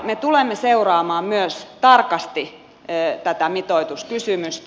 me tulemme seuraamaan tarkasti myös tätä mitoituskysymystä